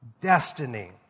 destiny